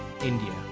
India